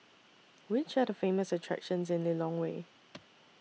Which Are The Famous attractions in Lilongwe